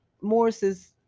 Morris's